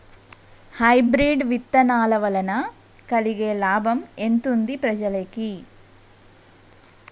Hybrid విత్తనాల వలన కలిగే లాభం ఎంతుంది ప్రజలకి?